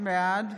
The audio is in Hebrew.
בעד